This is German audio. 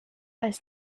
als